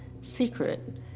secret